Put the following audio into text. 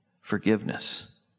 forgiveness